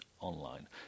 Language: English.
online